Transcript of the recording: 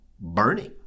burning